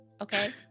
okay